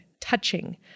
touching